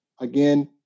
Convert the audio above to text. again